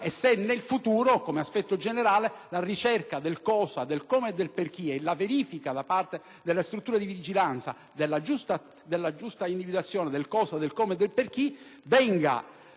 e se nel futuro, come aspetto generale, la ricerca del cosa, del come e del per chi e la verifica da parte delle strutture di vigilanza della giusta individuazione del cosa, del come e del per chi vengano